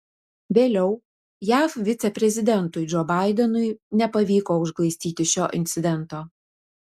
vėliau jav viceprezidentui džo baidenui nepavyko užglaistyti šio incidento